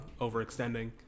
overextending